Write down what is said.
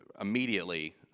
immediately